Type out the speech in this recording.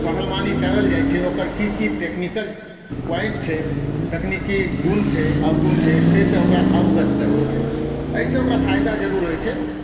पहलवानी करल जाइ छै ओकर की की टेक्निकल प्वाइंट छै तकनीकी गुण छै अवगुण छै से सँ ओकरा अवगत करबै छै एहिसँ ओकरा फ़ायदा ज़रूर होइ छै